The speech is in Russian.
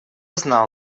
знал